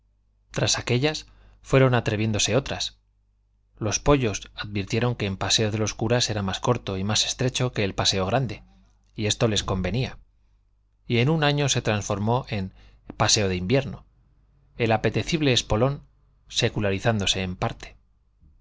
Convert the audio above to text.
tras aquéllas fueron atreviéndose otras los pollos advirtieron que el paseo de los curas era más corto y más estrecho que el paseo grande y esto les convenía y en un año se transformó en paseo de invierno el apetecible espolón secularizándose en parte